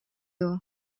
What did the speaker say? дуо